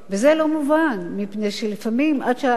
כי אתה יודע מה זה בתי-המשפט,